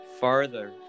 farther